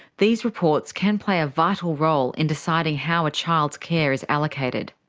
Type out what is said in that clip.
these reports can play a vital role in deciding how a child's care is allocated.